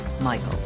Michael